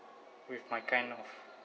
with my kind of